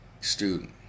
student